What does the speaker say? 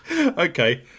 Okay